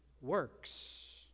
works